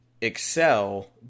excel